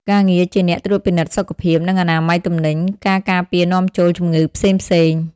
ការងារជាអ្នកត្រួតពិនិត្យសុខភាព និងអនាម័យទំនិញ ការពារការនាំចូលជំងឺផ្សេងៗ។